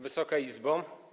Wysoka Izbo!